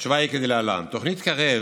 התשובה היא כדלהלן: תוכנית קרב